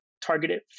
targeted